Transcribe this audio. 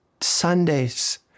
Sundays